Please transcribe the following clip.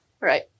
Right